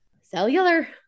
Cellular